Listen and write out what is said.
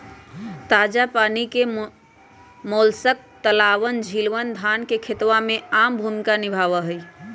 ताजा पानी के मोलस्क तालाबअन, झीलवन, धान के खेतवा में आम भूमिका निभावा हई